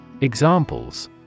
Examples